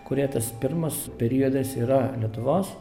kurioje tas pirmas periodas yra lietuvos